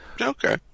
Okay